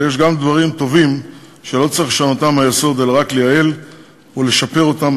אבל יש גם דברים טובים שלא צריך לשנותם מהיסוד אלא רק לייעל ולשפר אותם,